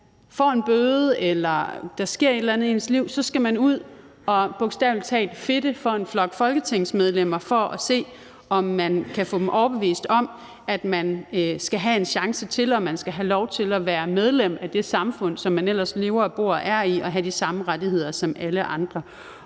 får en bøde eller der sker et eller andet i ens liv, skal man ud og bogstavelig talt fedte for en flok folketingsmedlemmer for at se, om man kan få dem overbevist om, at man skal have en chance til, og om, at man skal have lov til at være medlem af det samfund, som man ellers lever og bor og er i, og have de samme rettigheder, som alle andre